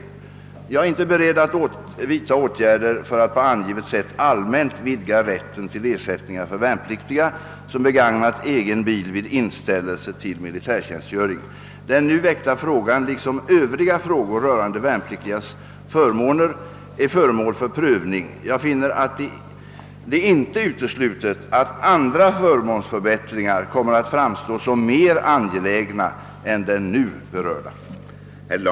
Jag är inte beredd att vidta åtgärder för att på angivet sätt allmänt vidga rätten till ersättningar för värnpliktiga som begagnat egen bil vid inställelse till militärtjänstgöring. Den nu väckta frågan liksom övriga frågor rörande de värnpliktigas förmåner är föremål för prövning. Jag finner det inte uteslutet att andra förmånsförbättringar kommer att framstå som mer angelägna än den nu berörda.